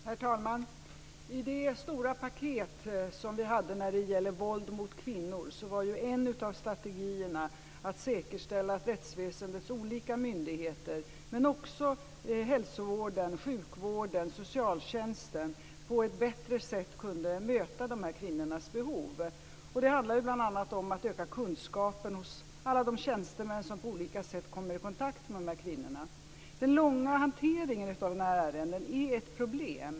Herr talman! I det stora paket som vi hade när det gäller våld mot kvinnor var en av strategierna att säkerställa att rättsväsendets olika myndigheter men också hälsovården, sjukvården, socialtjänsten på ett bättre sätt kunde möta de här kvinnornas behov. Det handlar bl.a. om att öka kunskapen hos alla de tjänstemän som på olika sätt kommer i kontakt med dessa kvinnor. Den långa hanteringen av dessa ärenden är ett problem.